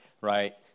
right